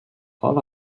all